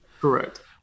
Correct